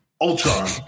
Ultron